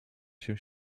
się